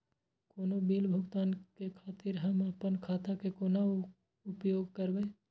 कोनो बील भुगतान के खातिर हम आपन खाता के कोना उपयोग करबै?